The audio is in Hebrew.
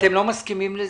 אתם לא מסכימים לזה?